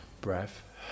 breath